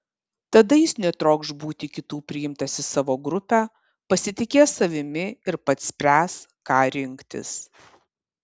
tada jis netrokš būti kitų priimtas į savo grupę pasitikės savimi ir pats spręs ką rinktis